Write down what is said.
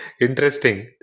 interesting